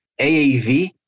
AAV